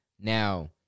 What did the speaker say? Now